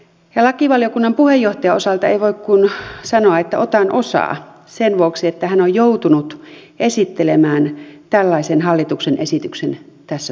ja lakivaliokunnan puheenjohtajan osalta ei voi kuin sanoa että otan osaa sen vuoksi että hän on joutunut esittelemään tällaisen hallituksen esityksen tässä salissa